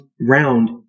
round